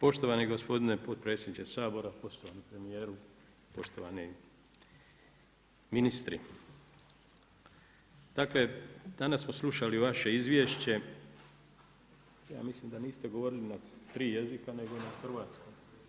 Poštovani gospodine potpredsjedniče Sabora, poštovani premjeru, poštovani ministri, dakle, danas smo slušali vaše izvješće, ja mislim da niste govorili na 3 jezika nego na hrvatskom.